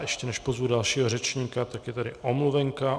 Ještě než pozvu dalšího řečníka, tak je tady omluvenka.